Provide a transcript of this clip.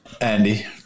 Andy